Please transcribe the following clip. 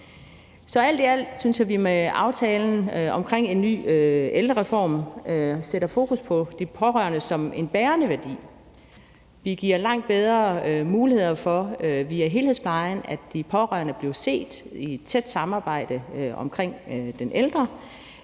Så alt i alt synes jeg vi med aftalen om en ny ældrereform sætter fokus på de pårørende som en bærende værdi. Vi giver via helhedsplejen langt bedre muligheder for, at de pårørende bliver set, i et tæt samarbejde omkring den ældre.